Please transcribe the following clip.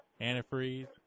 antifreeze